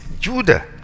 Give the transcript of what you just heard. Judah